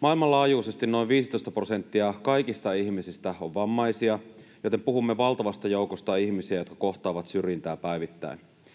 Maailmanlaajuisesti noin 15 prosenttia kaikista ihmisistä on vammaisia, joten puhumme valtavasta joukosta ihmisiä, jotka kohtaavat syrjintää päivittäin.